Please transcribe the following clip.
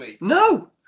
No